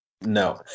No